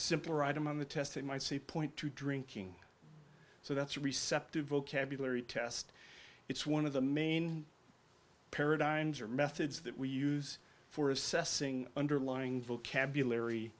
simpler item on the test it might say point two drinking so that's receptive vocabulary test it's one of the main paradigms or methods that we use for assessing underlying vocabulary